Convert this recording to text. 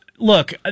Look